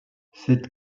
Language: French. cette